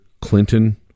Clinton